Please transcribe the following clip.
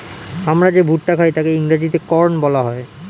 আমরা যে ভুট্টা খাই তাকে ইংরেজিতে কর্ন বলা হয়